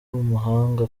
umuhanga